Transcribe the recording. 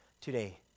today